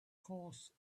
course